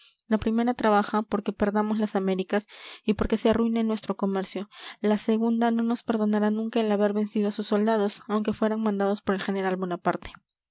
la primera trabaja porque perdamos las américas y porque se arruine nuestro comercio la segunda no nos perdonará nunca el haber vencido a sus soldados aunque fueran mandados por el general bonaparte